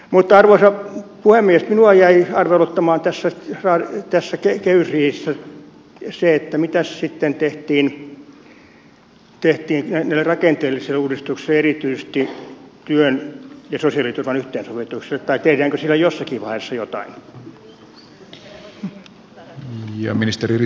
mutta arvoisa puhemies minua jäi arveluttamaan tässä kehysriihessä se mitäs sitten tehtiin näille rakenteellisille uudistuksille erityisesti työn ja sosiaaliturvan yhteensovituksessa tai tehdäänkö sille jossakin vaiheessa jotain